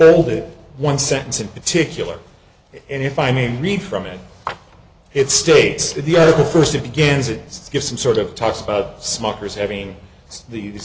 older one sentence in particular and if i mean read from it it states that the first it begins it gives some sort of talks about smokers having these